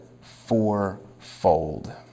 fourfold